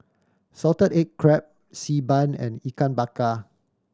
salted egg crab Xi Ban and Ikan Bakar